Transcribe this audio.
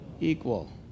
equal